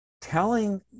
telling